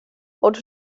ond